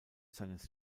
seines